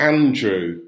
Andrew